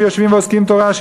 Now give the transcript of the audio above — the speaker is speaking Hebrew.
שיושבים ועוסקים בתורה,